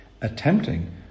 Attempting